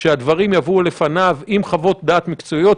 שהדברים יבואו לפניו עם חוות דעת מקצועיות,